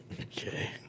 okay